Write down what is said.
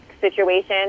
situation